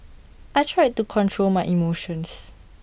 I tried to control my emotions